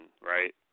right